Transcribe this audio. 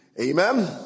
Amen